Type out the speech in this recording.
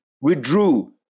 withdrew